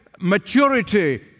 maturity